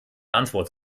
antwort